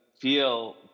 feel